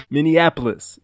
Minneapolis